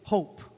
Hope